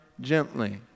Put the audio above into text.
gently